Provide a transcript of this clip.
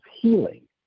healing